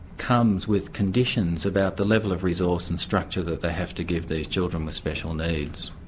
comes with conditions about the level of resource and structure that they have to give these children with special needs.